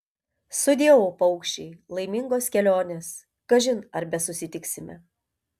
sudieu paukščiai laimingos kelionės kažin ar besusitiksime